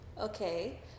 Okay